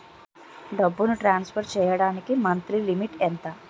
డబ్బును ట్రాన్సఫర్ చేయడానికి monthly limit ఎంత?